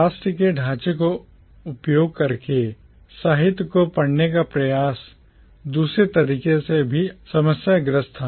राष्ट्रीय ढांचे का उपयोग करके साहित्य को पढ़ने का प्रयास दूसरे तरीके से भी समस्याग्रस्त था